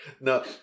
No